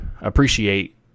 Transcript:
appreciate